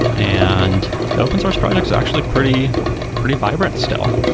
and the open source project is actually pretty pretty vibrant still.